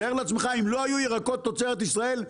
תאר לעצמך אם לא היו ירקות תוצרת ישראל,